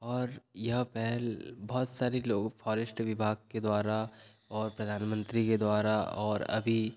और यह पहल बहुत सारे लोग फोरेस्ट विभाग के द्वारा और प्रधानमंत्री के द्वारा और अभी